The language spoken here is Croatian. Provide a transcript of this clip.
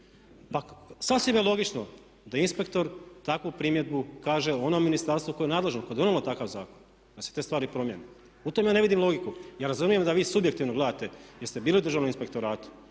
pa sasvim je logično da inspektor takvu primjedbu kaže onom ministarstvu koje je nadležno i koje je donijelo takav zakon da se te stvari promijene. U tome ja ne vidim logiku. Ja razumijem da vi subjektivno gledate jer ste bili u Državnom inspektoratu